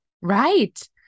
Right